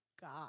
God